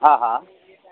हा हा